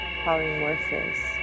polymorphous